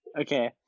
Okay